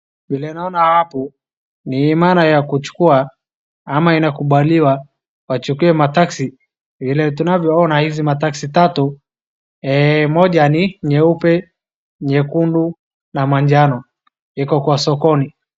Vile naona hapo, ni imana ya kuchukua ama inakubaliwa wachukue mataksi, vile tunavyoona hizi mataksi tatu moja ni nyeupe, nyekundu na manjano iko kwa sokoni.